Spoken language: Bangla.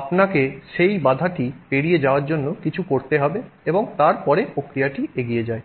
আপনাকে এই বাধাটি পেরিয়ে যাওয়ার জন্য কিছু করতে হবে এবং তারপরে প্রতিক্রিয়াটি এগিয়ে যায়